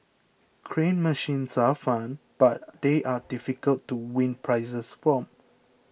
crane machines are fun but they are difficult to win prizes from